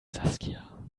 saskia